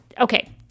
Okay